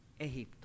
Egipto